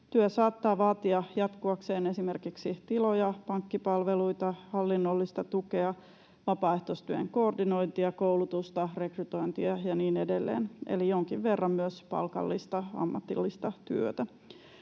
Työ saattaa vaatia jatkuakseen esimerkiksi tiloja, pankkipalveluita, hallinnollista tukea, vapaaehtoistyön koordinointia, koulutusta, rekrytointia ja niin edelleen eli jonkin verran myös palkallista ammatillista työtä.